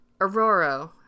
Aurora